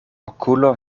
okulo